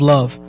Love